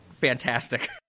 fantastic